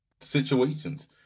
situations